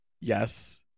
Yes